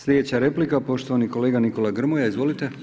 Sljedeća replika, poštovani kolega Nikola Grmoja, izvolite.